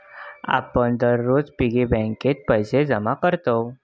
आपण दररोज पिग्गी बँकेत पैसे जमा करतव